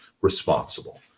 responsible